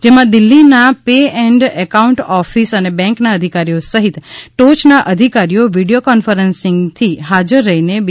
જેમાં દિલ્હીના પે અને એકાઉન્ટ ઓફિસ અને બેન્કના અધિકારીઓ સહિત ટોચના અધિકારીઓ વિડીયો કોન્ફરન્સિંગ થી હાજર રહીને બી